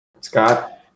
Scott